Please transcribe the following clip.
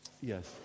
Yes